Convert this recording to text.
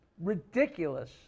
ridiculous